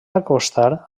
acostar